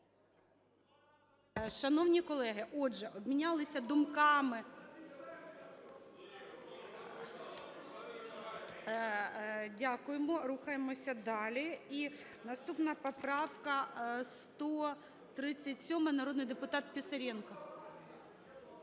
Шановні колеги, отже, обмінялися думками. (Шум у залі) Дякуємо. Рухаємося далі. І наступна поправка - 137, народний депутат Писаренко.